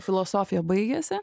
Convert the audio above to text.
filosofija baigiasi